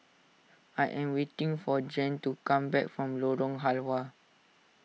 I am waiting for Jann to come back from Lorong Halwa